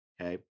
okay